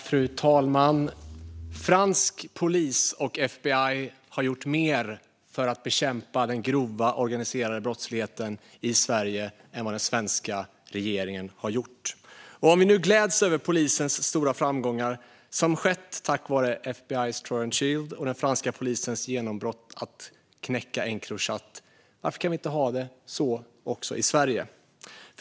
Fru talman! Fransk polis och FBI har gjort mer för att bekämpa den grova organiserade brottsligheten i Sverige än vad den svenska regeringen har gjort. Och om vi nu gläds över polisens stora framgångar som skett tack vare FBI:s Trojan Shield och den franska polisens genombrott i att knäcka Encrochat, varför kan vi inte ha det så också i Sverige?